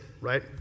right